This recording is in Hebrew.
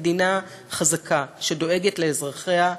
מדינה חזקה שדואגת לאזרחיה,